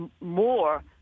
more